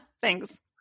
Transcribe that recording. Thanks